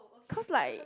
cause like